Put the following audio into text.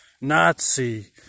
nazi